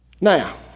Now